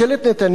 לצערי,